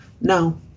No